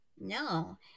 no